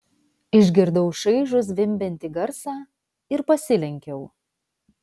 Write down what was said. išgirdau šaižų zvimbiantį garsą ir pasilenkiau